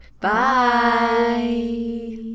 Bye